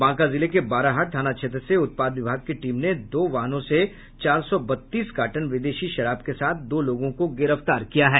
बांका जिले के बाराहाट थाना क्षेत्र से उत्पाद विभाग की टीम ने दो वाहनों से चार सौ बत्तीस कार्टन विदेशी शराब के साथ दो लोगों को गिरफ्तार किया है